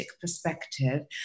perspective